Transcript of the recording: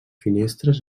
finestres